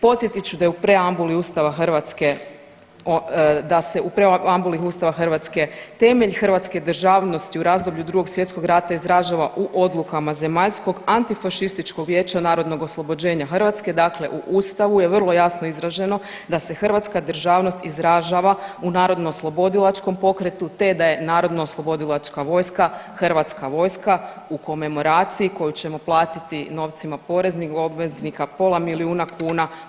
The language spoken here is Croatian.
Podsjetit ću da je u preambuli Ustava Hrvatske, da se prema preambuli Ustava Hrvatske temelj hrvatske državnosti u razdoblju od Drugog svjetskog rata izražava u odlukama Zemaljskog antifašističkog vijeća narodnog oslobođenja Hrvatske, dakle u Ustavu je vrlo jasno izraženo da se hrvatska državnost izražava u narodnooslobodilačkom pokretu te da je narodnooslobodilačka vojska hrvatska vojska u komemoraciji koju ćemo platiti novcima poreznih obveznika, pola milijuna kuna.